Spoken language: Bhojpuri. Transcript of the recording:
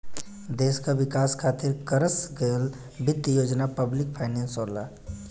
देश क विकास खातिर करस गयल वित्त योजना पब्लिक फाइनेंस होला